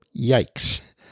Yikes